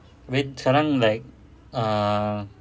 abeh sekarang like ah